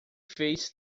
fez